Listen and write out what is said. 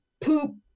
poop